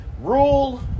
Rule